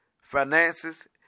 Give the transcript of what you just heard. finances